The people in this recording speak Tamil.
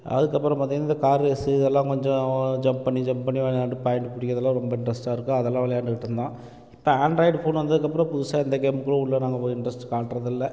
அதுக்கப்புறம் பார்த்திங்கன்னா இந்த கார் ரேஸூ இதெல்லாம் கொஞ்சம் ஜம்ப் பண்ணி ஜம்ப் பண்ணி விளையாண்டு பாயிண்ட் பிடிக்கிறதெல்லாம் ரொம்ப இன்ட்ரஸ்ட்டாக இருக்கும் அதெல்லாம் விளையாண்டுட்டு இருந்தோம் இப்போ ஆண்ட்ராய்டு ஃபோனு வந்ததுக்கப்புறம் புதுசாக இந்த கேம்முக்கும் உள்ளே நாங்கள் போய் இன்ட்ரஸ்ட் காட்டுறதில்லை